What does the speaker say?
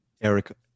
Eric